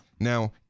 Now